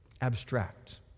abstract